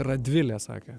radvilė sakė